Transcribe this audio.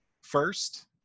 first